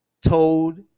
told